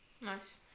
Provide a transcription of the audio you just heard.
Nice